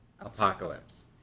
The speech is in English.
apocalypse